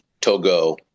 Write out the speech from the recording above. Togo